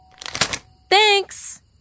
Thanks